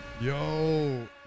Yo